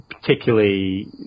particularly